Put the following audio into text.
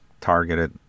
targeted